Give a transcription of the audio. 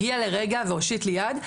הגיע לרגע והושיט לי יד.